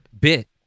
bit